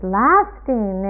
lasting